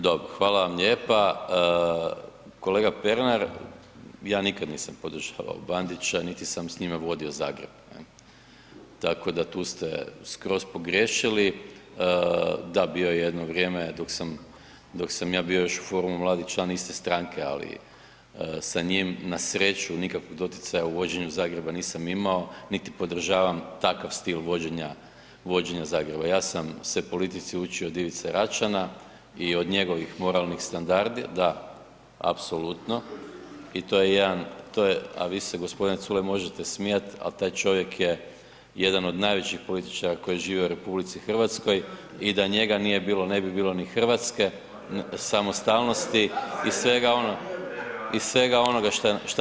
Dobro, hvala vam lijepa, kolega Pernar, ja nikad nisam podržavao Bandića, niti sam s njime vodio Zagreb ne, tako da tu ste skroz pogriješili, da bio je jedno vrijeme dok sam, dok sam ja bio još u forumu mladi član iste stranke, ali sa njim na sreću nikakvog doticaja u vođenju Zagreba nisam imao, niti podržavam takav stil vođenja, vođenja Zagreba, ja sam se politici učio od Ivice Račana i od njegovih moralnih standarda … [[Upadica iz klupe se ne čuje]] da apsolutno i to je jedan, to je, a vi se g. Culej možete smijat, al taj čovjek je jedan od najvećih političara koji žive u RH i da njega nije bilo ne bi bilo ni hrvatske samostalnosti i svega i svega onoga, šta,